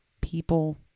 People